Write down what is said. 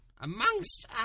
amongst